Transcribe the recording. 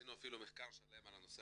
ועשינו אפילו מחקר שלם בנושא